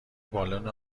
بالن